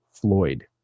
Floyd